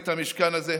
את המשכן הזה.